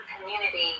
community